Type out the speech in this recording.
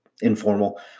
informal